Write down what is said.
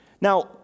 Now